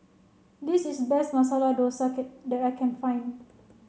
this is best Masala Dosa cat that I can find